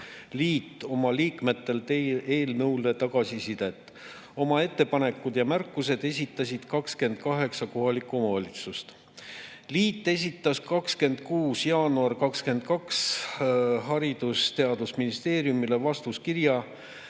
liit oma liikmetel teie eelnõu kohta tagasisidet. Oma ettepanekud ja märkused esitas 28 kohalikku omavalitsust. Liit esitas 26. jaanuaril 2022 Haridus- ja Teadusministeeriumile vastuskirja,